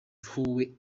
hui